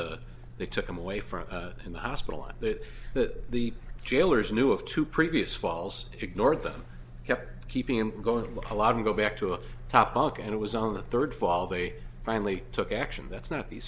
they took him away from in the hospital and that that the jailers knew of two previous falls ignored them kept keeping him going the whole lot and go back to a top bulk and it was on the third fall they finally took action that's not the